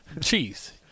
Cheese